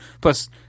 Plus